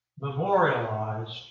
memorialized